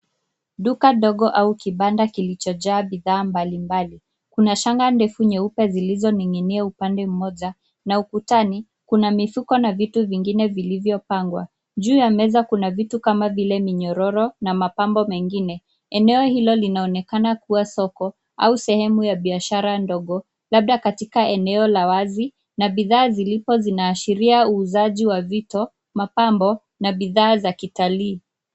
Duka dogo au kibanda kilichojaa bidhaa mbalimbali. Kuna shanga ndefu nyeupe zilizoning'inia upande mmoja na ukutani kuna mifuko na vitu vingine vilivyopangwa. Juu ya meza kuna vitu kama vile minyororo na mapambo mengine. Eneo hilo linaonekana kuwa soko au sehemu ya biashara ndogo labda katika eneo la wazi na bidhaa zilizo zinaashiria uuzaji wa vito, mapambo na bidhaa za kitalii.